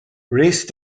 race